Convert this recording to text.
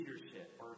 leadership